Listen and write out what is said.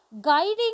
guiding